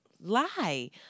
lie